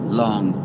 long